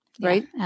right